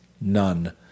none